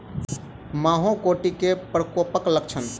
माहो कीट केँ प्रकोपक लक्षण?